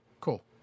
cool